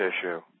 issue